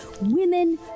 women